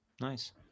nice